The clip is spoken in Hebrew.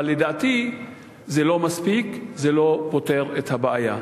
אבל לדעתי זה לא מספיק, זה לא פותר את הבעיה,